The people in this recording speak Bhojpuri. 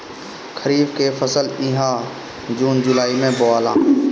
खरीफ के फसल इहा जून जुलाई में बोआला